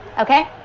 Okay